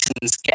Get